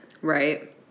Right